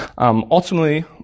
Ultimately